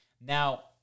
Now